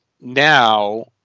now